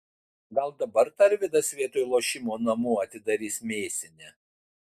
gal dabar tarvydas vietoj lošimo namų atidarys mėsinę